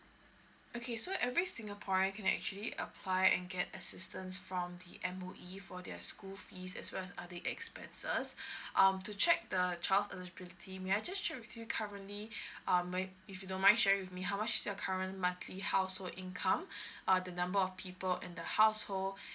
okay so every singaporean can actually apply and get assistance from the M_O_E for their school fees as well as other expenses um to check the child eligibility may I just check with you currently um if you don't mind sharing with me how much is your current monthly household income uh the number of people in the household